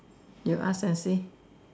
you ask and see